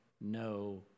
no